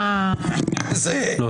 לא.